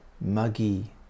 muggy